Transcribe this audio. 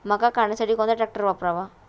मका काढणीसाठी कोणता ट्रॅक्टर वापरावा?